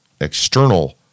external